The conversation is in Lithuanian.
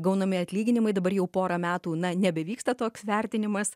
gaunami atlyginimai dabar jau porą metų na nebevyksta toks vertinimas